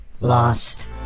Lost